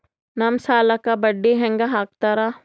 ನಮ್ ಸಾಲಕ್ ಬಡ್ಡಿ ಹ್ಯಾಂಗ ಹಾಕ್ತಾರ?